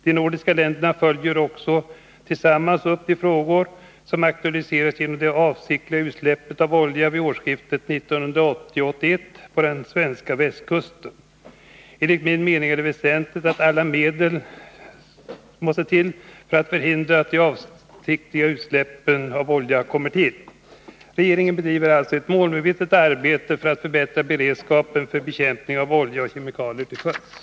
De nordiska länderna följer också tillsammans upp de frågor som aktualiserades genom det avsiktliga utsläppet av olja vid årsskiftet 1980-1981 på den svenska västkusten. Enligt min mening är det väsentligt att med alla medel försöka förhindra de avsiktliga utsläppen av olja. Regeringen bedriver alltså ett målmedvetet arbete för att förbättra beredskapen för bekämpning av olja och kemikalier till sjöss.